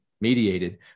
mediated